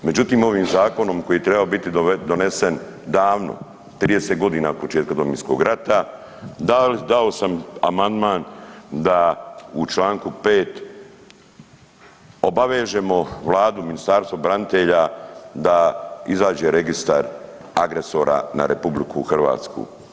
Međutim, ovim zakonom koji je trebao biti donesen davno 30.g. od početka Domovinskog rata dao sam amandman da u čl. 5. obavežemo vladu i Ministarstvo branitelja da izađe registar agresora na RH.